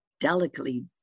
delicately